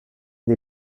dei